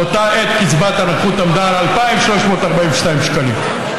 באותה עת קצבת הנכות עמדה על 2,342 שקלים,